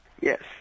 Yes